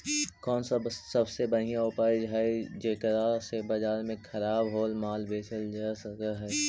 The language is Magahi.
कौन सा सबसे बढ़िया उपाय हई जेकरा से बाजार में खराब होअल माल बेचल जा सक हई?